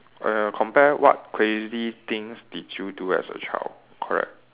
uh compare what crazy things did you do as a child correct